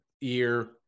year